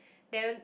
then